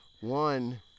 one